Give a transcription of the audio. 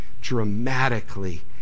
dramatically